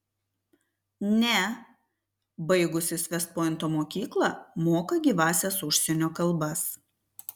ne baigusis vest pointo mokyklą moka gyvąsias užsienio kalbas